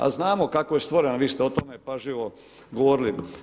A znamo kako je stvorena, vi ste o tome pažljivo govorili.